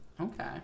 okay